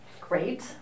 Great